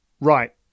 right